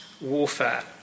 warfare